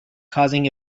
causing